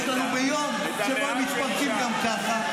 שלנו ביום שבו הם מתפרקים גם ככה,